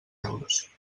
euros